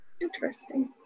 Interesting